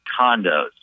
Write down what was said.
condos